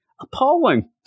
appalling